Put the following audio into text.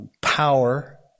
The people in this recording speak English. power